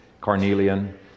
carnelian